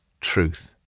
truth